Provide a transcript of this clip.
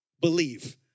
believe